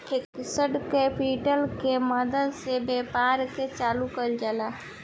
fixed capital के मदद से व्यापार के चालू कईल जाला